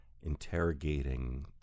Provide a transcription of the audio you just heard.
interrogating